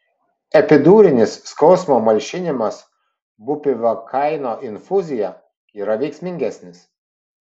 epidurinis skausmo malšinimas bupivakaino infuzija yra veiksmingesnis